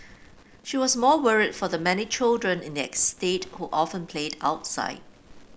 she was more worried for the many children in estate who often played outside